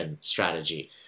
strategy